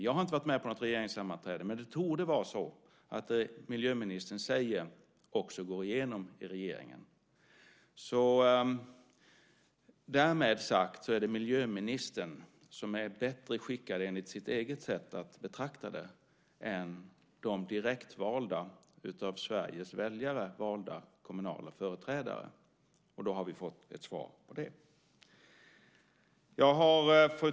Jag har inte varit med på något regeringssammanträde, men det torde vara så att det miljöministern säger också går igenom i regeringen. Därmed sagt är det miljöministern som är bättre skickad, enligt sitt eget sätt att betrakta det, än de av Sveriges väljare valda kommunala företrädarna. Då har vi fått ett svar på det. Fru talman!